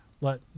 let